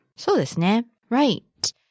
そうですね。Right